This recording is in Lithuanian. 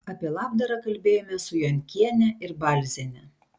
apie labdarą kalbėjome su jonkiene ir balziene